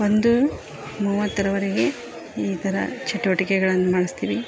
ಒಂದು ಮೂವತ್ತರವರೆಗೆ ಈ ಥರ ಚಟುವಟಿಕೆಗಳನ್ನು ಮಾಡಿಸ್ತೀವಿ